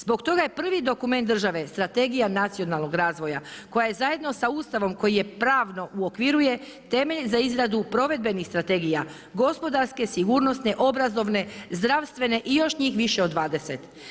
Zbog toga je prvi dokument država Strategija nacionalnog razvoja koja je zajedno sa Ustavom koji je pravno uokviruje temelj za izradu provedbenih strategija, gospodarske, sigurnosne, obrazovne, zdravstvene i još njih više od 20.